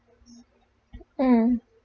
mm